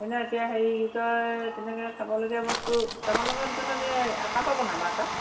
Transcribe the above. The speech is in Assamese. মানে এতিয়া হেৰি কি কয় তেনেকৈ খাবলগীয়া বস্তু আপোনালোকৰ দোকানত এই আটা পাবনে বাৰু আটা